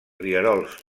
rierols